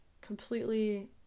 completely